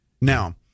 Now